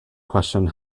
question